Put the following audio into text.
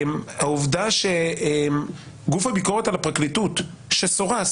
העובדה שגוף הביקורת על הפרקליטות שסורס